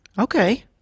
Okay